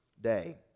day